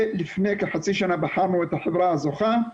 ולפני כחצי שנה בחרנו את החברה הזוכה.